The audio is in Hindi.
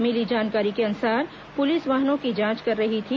मिली जानकारी के अनुसार पुलिस वाहनों की जांच कर रही थी